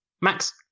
Max